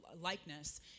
likeness